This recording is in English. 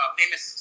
famous